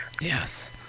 Yes